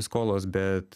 skolos bet